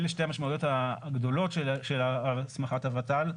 אלה שתי המשמעויות הגדולות של הסמכת הות"ל,